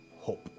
hope